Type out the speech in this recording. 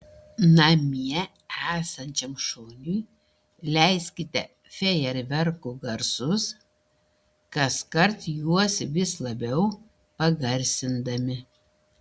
namie esančiam šuniui leiskite fejerverkų garsus kaskart juos vis labiau pagarsindami